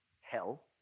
Hell